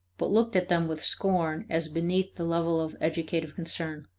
but looked at them with scorn as beneath the level of educative concern.